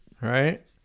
Right